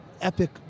epic